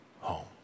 home